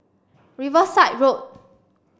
Riverside Road